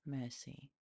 mercy